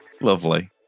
lovely